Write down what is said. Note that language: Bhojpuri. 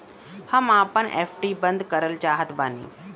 हम आपन एफ.डी बंद करल चाहत बानी